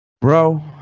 Bro